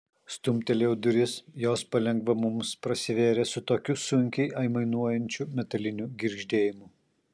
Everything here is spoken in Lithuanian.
stumtelėjau duris jos palengva mums prasivėrė su tokiu sunkiai aimanuojančiu metaliniu girgždėjimu